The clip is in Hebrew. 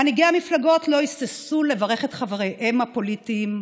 מנהיגי המפלגות לא היססו לברך את חבריהם הפוליטיים,